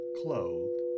clothed